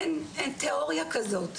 אין תיאוריה כזאת.